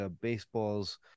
baseball's